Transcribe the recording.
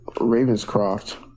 Ravenscroft